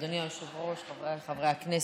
אדוני היושב-ראש, חבריי חברי הכנסת,